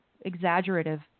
exaggerative